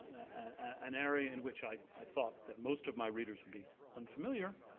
an area in which i i thought that most of my readers would be unfamiliar,